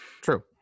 True